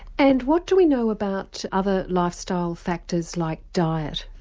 and what do we know about other lifestyle factors like diet?